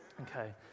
Okay